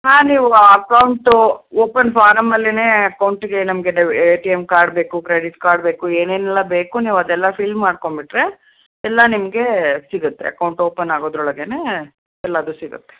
ಹಾಂ ನೀವು account open ಫಾರಮಲ್ಲಿಯೇ ಅಕೌಂಟಿಗೆ ನಮಗೆ debit A T M card ಬೇಕು ಕ್ರೆಡಿಟ್ ಕಾರ್ಡ್ ಬೇಕು ಏನೇನೆಲ್ಲ ಬೇಕು ನೀವದೆಲ್ಲ ಫಿಲ್ ಮಾಡ್ಕೊಂಬಿಟ್ರೆ ಎಲ್ಲ ನಿಮಗೆ ಸಿಗತ್ತೆ ಅಕೌಂಟ್ ಓಪನ್ ಆಗೋದ್ರೊಳಗೆ ಎಲ್ಲವೂ ಸಿಗತ್ತೆ